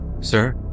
Sir